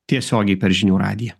tiesiogiai per žinių radiją